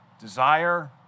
desire